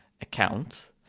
account